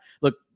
look